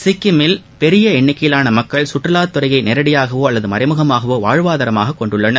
சிக்கிமில் பெரிய எண்ணிக்கையிலான மக்கள் சுற்றுலா துறையை நேரடியாகவோ அல்லது மறைமுகமாகவோ வாழ்வதாரமாகக் கொண்டுள்ளனர்